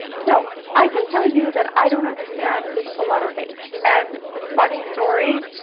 so i can tell you that i don't understand a lotta things, and funny story,